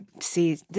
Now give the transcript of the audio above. see